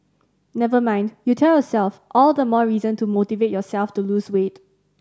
never mind you tell yourself all the more reason to motivate yourself to lose weight